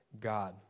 God